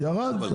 ירד.